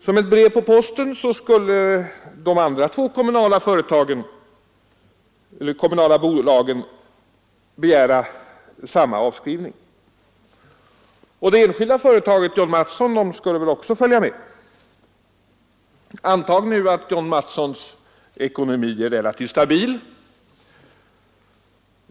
Som ett brev på posten skulle från de andra två kommunala bolagen komma ansökningar om avskrivning. Det enskilda företaget John Mattsons ekonomi är relativt stabil.